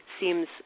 seems